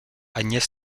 agnès